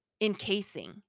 encasing